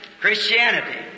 Christianity